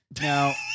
Now